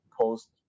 post